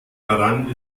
daran